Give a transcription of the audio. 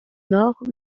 nord